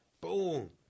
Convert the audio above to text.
Boom